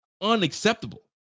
Unacceptable